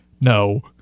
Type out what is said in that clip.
No